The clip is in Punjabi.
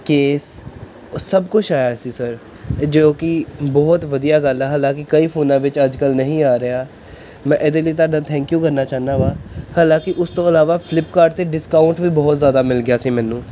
ਕੇਸ ਉਹ ਸਭ ਕੁਝ ਆਇਆ ਸੀ ਸਰ ਜੋ ਕਿ ਬਹੁਤ ਵਧੀਆ ਗੱਲ ਆ ਹਾਲਾਂਕਿ ਕਈ ਫੋਨਾਂ ਵਿੱਚ ਅੱਜ ਕੱਲ੍ਹ ਨਹੀਂ ਆ ਰਿਹਾ ਮੈਂ ਇਹਦੇ ਲਈ ਤੁਹਾਡਾ ਥੈਂਕ ਯੂ ਕਰਨਾ ਚਾਹੁੰਦਾ ਹਾਂ ਹਾਲਾਂਕਿ ਉਸ ਤੋਂ ਇਲਾਵਾ ਫਲਿਪਕਾਰਟ 'ਤੇ ਡਿਸਕਾਊਂਟ ਵੀ ਬਹੁਤ ਜ਼ਿਆਦਾ ਮਿਲ ਗਿਆ ਸੀ ਮੈਨੂੰ